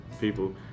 people